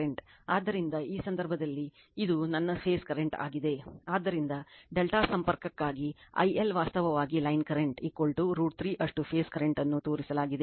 ಆದ್ದರಿಂದ ಈ ಸಂದರ್ಭದಲ್ಲಿ ಇದು ನನ್ನ ಫೇಸ್ ಕರೆಂಟ್ ಆಗಿದೆ ಆದ್ದರಿಂದ ∆ ಸಂಪರ್ಕಕ್ಕಾಗಿ IL ವಾಸ್ತವವಾಗಿ ಲೈನ್ ಕರೆಂಟ್ √ 3 ಅಷ್ಟು ಫೇಸ್ ಕರೆಂಟ್ ಅನ್ನು ತೋರಿಸಲಾಗಿದೆ